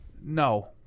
No